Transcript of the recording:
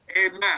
Amen